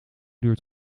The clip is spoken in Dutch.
duurt